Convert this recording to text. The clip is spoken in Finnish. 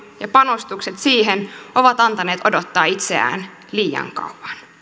ja panostukset siihen ovat antaneet odottaa itseään liian kauan